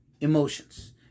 emotions